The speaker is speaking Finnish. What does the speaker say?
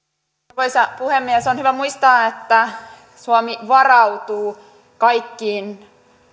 arvoisa puhemies on hyvä muistaa että suomi varautuu kaikkiin